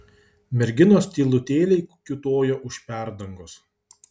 merginos tylutėliai kiūtojo už perdangos